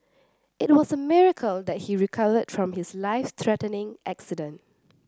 it was a miracle that he recovered from his life threatening accident